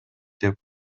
деп